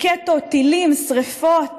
רקטות, טילים, שרפות,